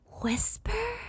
whisper